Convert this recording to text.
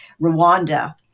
Rwanda